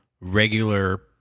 regular